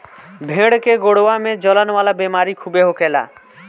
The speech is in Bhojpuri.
भेड़ के गोड़वा में जलन वाला बेमारी खूबे होखेला